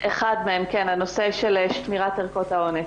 אחד מהם, כן, הנושא של שמירת ערכות האונס.